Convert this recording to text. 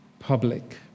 Public